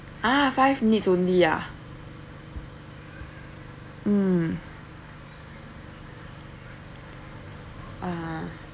ah five minutes only ah hmm ah